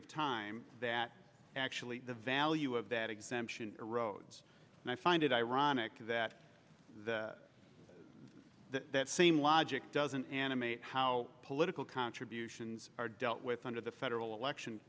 of time that actually the value of that exemption erodes and i find it ironic that that same logic doesn't animate how political contributions are dealt with under the federal election